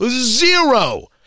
Zero